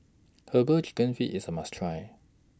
Herbal Chicken Feet IS A must Try